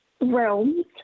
realms